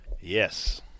Yes